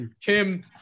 Kim